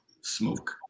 Smoke